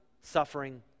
suffering